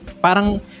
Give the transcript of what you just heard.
parang